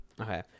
Okay